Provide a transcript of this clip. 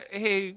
hey